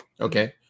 Okay